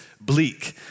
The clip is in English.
bleak